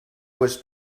was